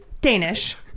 Danish